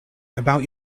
about